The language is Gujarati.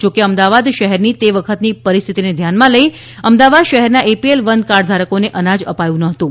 જોકે અમદાવાદ શહેરની તે વખતની પરિસ્થિતિને ધ્યાનમાં લઈ અમદાવાદ શહેરના એપીએલ વન કાર્ડધારકોને અનાજ અપાયું ન હતું